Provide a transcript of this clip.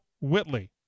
Whitley